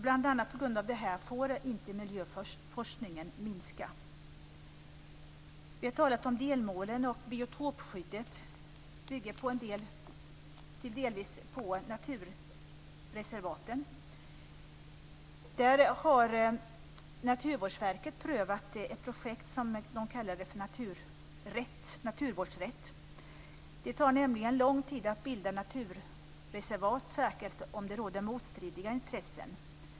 Bl.a. på grund av det här får inte miljöforskningen minska. Vi har talat om delmålen. Biotopskyddet bygger delvis på naturreservaten. Naturvårdsverket har prövat ett projekt som de kallar för naturvårdsrätt. Det tar nämligen lång tid att bilda naturreservat, särskilt om det råder motstridiga intressen.